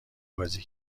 بازی